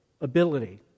ability